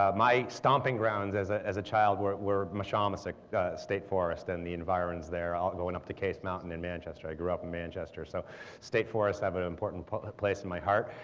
ah my stomping grounds as ah as a child were were meshomasic state forest and the environs there all going up to case mountain in manchester. i grew up in manchester. so state forests have an important place in my heart.